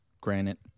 granite